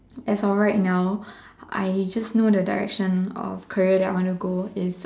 as of right now I just know the direction of career that I want to go is